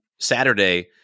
Saturday